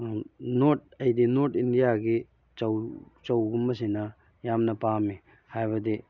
north ꯑꯩꯗꯤ north ꯏꯟꯗꯤꯌꯥꯒꯤ ꯆꯧ ꯆꯧꯒꯨꯝꯕꯁꯤꯅ ꯌꯥꯝꯅ ꯄꯥꯝꯃꯤ ꯍꯥꯏꯕꯗꯤ